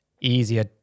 easier